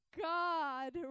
God